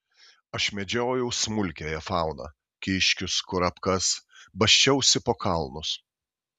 aš medžiojau smulkiąją fauną kiškius kurapkas basčiausi po kalnus